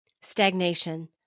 stagnation